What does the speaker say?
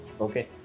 Okay